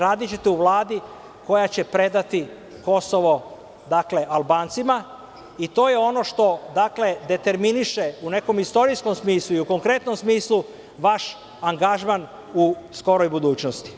Radićete u Vladi koja će predati Kosovo Albancima i to je ono što determiniše, u nekom istorijskom smislu i u konkretnom smislu, vaš angažman u skoroj budućnosti.